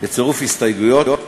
בצירוף הסתייגויות,